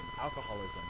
alcoholism